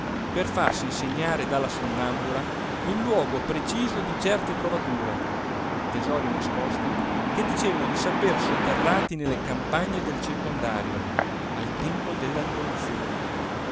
per farsi insegnare dalla sonnambula il luogo preciso di certe trovature tesori nascosti che dicevano di saper sotterrati nelle campagne del circondario al tempo della rivoluzione